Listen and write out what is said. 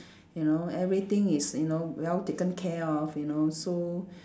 you know everything is you know well taken care of you and also